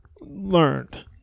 learned